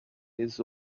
his